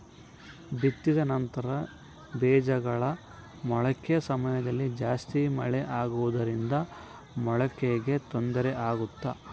ಬಿತ್ತಿದ ನಂತರ ಬೇಜಗಳ ಮೊಳಕೆ ಸಮಯದಲ್ಲಿ ಜಾಸ್ತಿ ಮಳೆ ಆಗುವುದರಿಂದ ಮೊಳಕೆಗೆ ತೊಂದರೆ ಆಗುತ್ತಾ?